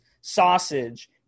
sausage